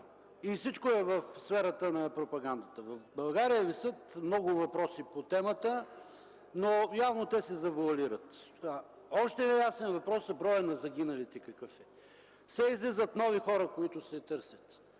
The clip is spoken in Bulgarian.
Всичко е в сферата на пропагандата. В България висят много въпроси по темата, но явно те се завоалират. Още не е ясно какъв е броят на загиналите. Все излизат нови хора, които се търсят.